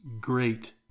great